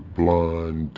blind